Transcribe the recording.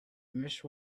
mesh